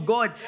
God